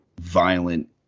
violent